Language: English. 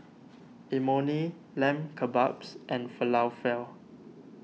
Imoni Lamb Kebabs and Falafel